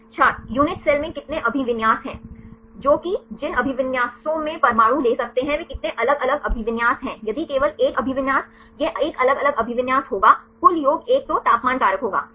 छात्र unit cell में कितने अभिविन्यास हैं जो कि जिन अभिविन्यासों में परमाणु ले सकते हैं वे कितने अलग अलग अभिविन्यास हैं यदि केवल एक अभिविन्यास यह 1 अलग अलग अभिविन्यास होगा कुल योग एक तो तापमान कारक होगा सही